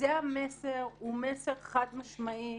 זה המסר, הוא מסר חד-משמעי.